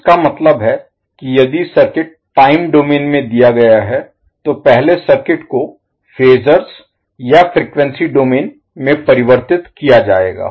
इसका मतलब है कि यदि सर्किट टाइम डोमेन में दिया गया है तो पहले सर्किट को फेजर्स या फ्रीक्वेंसी डोमेन में परिवर्तित किया जाएगा